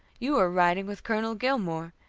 you are riding with colonel gilmore.